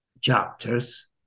chapters